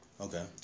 Okay